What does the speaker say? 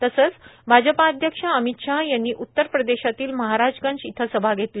तसंच भाजपाध्यक्ष अमित शाह यांनी उत्तर प्रदेशातील महाराजगंज इथं सभा घेतली